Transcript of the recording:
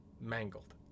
Mangled